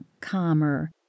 calmer